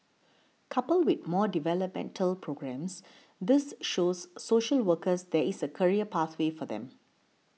coupled with more developmental programmes this shows social workers there is a career pathway for them